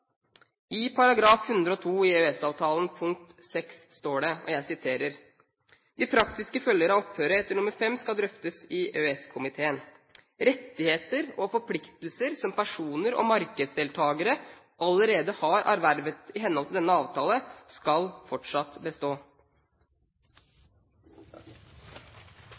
I EØS-avtalens artikkel 102 punkt 6 står det: «De praktiske følger av opphøret etter nr. 5 skal drøftes i EØS-komiteen. Rettigheter og forpliktelser som personer og markedsdeltagere allerede har ervervet i henhold til denne avtale, skal fortsatt bestå.»